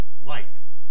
life